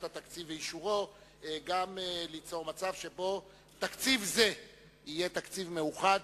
התקציב ואישורו וגם ליצור מצב שבו תקציב זה יהיה תקציב מאוחד